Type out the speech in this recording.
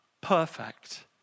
perfect